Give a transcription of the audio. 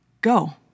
go